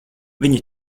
viņa